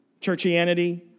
churchianity